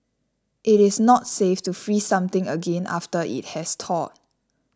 it is not safe to freeze something again after it has thawed